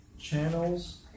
Channels